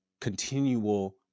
continual